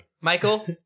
michael